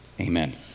Amen